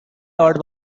lord